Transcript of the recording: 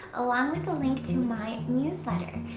along with the link to my newsletter.